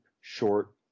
short